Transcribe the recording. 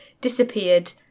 disappeared